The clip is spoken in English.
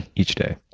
each day.